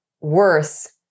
worse